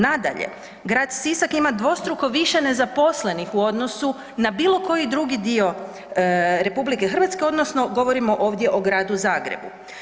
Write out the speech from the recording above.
Nadalje, grad Sisak ima dvostruko više nezaposlenih u odnosu na bilokoji drugi dio RH odnosno govorimo ovdje o gradu Zagrebu.